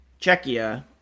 Czechia